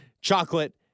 chocolate